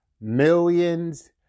millions